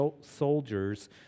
soldiers